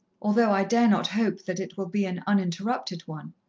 although i dare not hope that it will be an uninterrupted one!